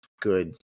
good